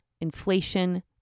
inflation